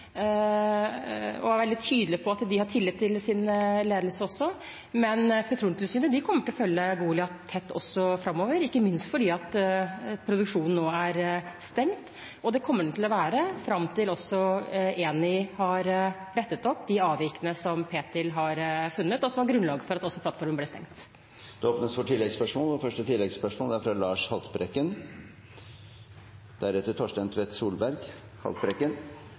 og vært veldig tydelig på at de har tillit til sin ledelse, men Petroleumstilsynet kommer til å følge Goliat tett også framover, ikke minst fordi produksjonen nå er stengt. Det kommer den til å være fram til også Eni har rettet opp de avvikene som Ptil har funnet, og som var grunnlaget for at plattformen ble stengt. Det åpnes for